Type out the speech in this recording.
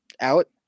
out